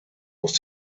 muss